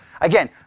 Again